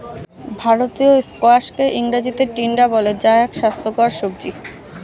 ভারতীয় স্কোয়াশকে ইংরেজিতে টিন্ডা বলে যা এক স্বাস্থ্যকর সবজি